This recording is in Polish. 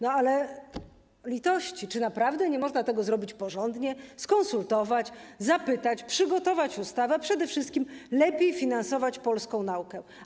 No, ale litości, czy naprawdę nie można tego zrobić porządnie, skonsultować, zapytać, przygotować ustawy, a przede wszystkim lepiej finansować polskiej nauki?